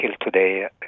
today